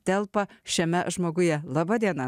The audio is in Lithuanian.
telpa šiame žmoguje laba diena